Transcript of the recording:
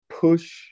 push